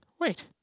Wait